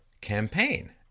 campaign